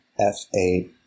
F8